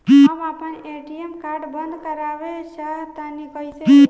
हम आपन ATM card बंद करावल चाह तनि कइसे होई?